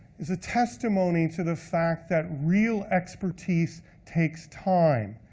is a testimony to the fact that real expertise takes time,